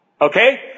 Okay